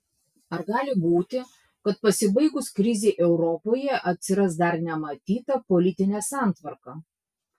ar gali būti kad pasibaigus krizei europoje atsiras dar nematyta politinė santvarka